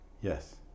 yes